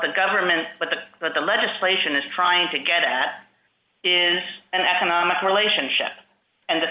the government what the but the legislation is trying to get at is an economic